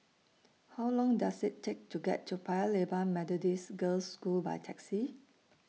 How Long Does IT Take to get to Paya Lebar Methodist Girls' School By Taxi